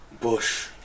Bush